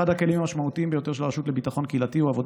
אחד הכלים המשמעותיים ביותר של הרשות לביטחון הקהילתי הוא עבודה